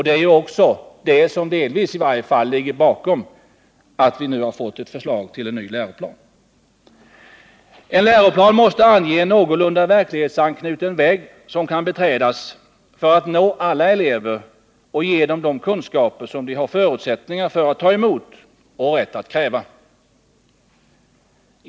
Det är också det som, delvis i varje fall, ligger bakom att vi nu har fått förslag till ny läroplan. En läroplan måste ange en någorlunda verklighetsanknuten väg som man kan beträda för att nå alla elever och ge dem de kunskaper som de har förutsättningar att ta emot och rätt att kräva.